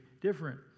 different